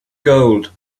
gold